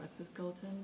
exoskeleton